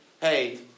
Hey